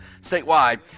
statewide